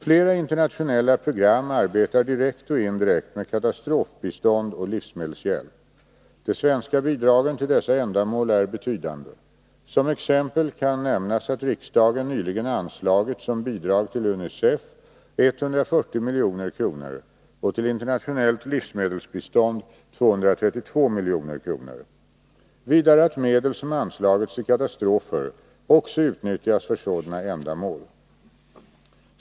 Flera internationella program arbetar direkt och indirekt med katastrofbistånd och livsmedelshjälp. De svenska bidragen till dessa ändamål är betydande. Som exempel kan nämnas att riksdagen nyligen anslagit som bidrag till UNICEF 140 milj.kr. och till internationellt livsmedelsbistånd 232 milj.kr. Vidare att medel som anslagits till katastrofer också utnyttjas för sådana ändamål.